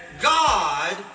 God